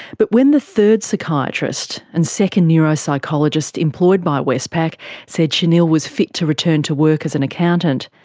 but when the third psychiatrist and second neuropsychologist employed by westpac said shanil was fit to return to work as an accountant,